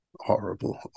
horrible